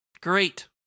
Great